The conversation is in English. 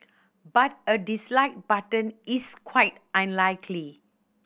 but a dislike button is quite unlikely